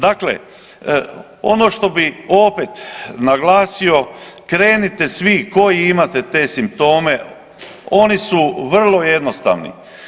Dakle, ono što bih opet naglasio krenite svi koji imate te simptome oni su vrlo jednostavni.